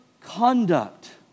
Conduct